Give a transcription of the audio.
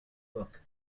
book